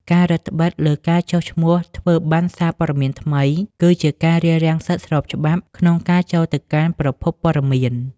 ការរឹតត្បិតលើការចុះឈ្មោះធ្វើប័ណ្ណសារព័ត៌មានថ្មី គឺជាការរារាំងសិទ្ធិស្របច្បាប់ក្នុងការចូលទៅកាន់ប្រភពព័ត៌មាន។